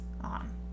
on